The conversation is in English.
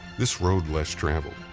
this road less traveled,